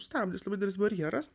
stabdis labai didelis barjeras